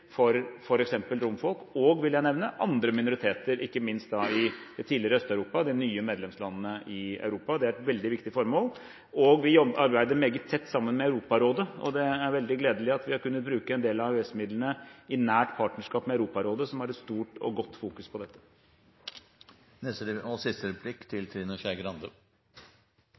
for f.eks. romfolk og, vil jeg nevne, andre minoriteter, ikke minst da i tidligere Øst-Europa, de nye medlemslandene i Europa. Det er et veldig viktig formål. Vi arbeider meget tett sammen med Europarådet, og det er veldig gledelig at vi har kunnet bruke en del av EØS-midlene i nær partnerskap med Europarådet, som har et stort og godt fokus på dette. Jeg hadde egentlig tenkt å spørre hvorfor ikke Norge er med i romstrategien til